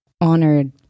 honored